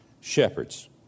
shepherds